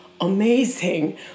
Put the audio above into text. amazing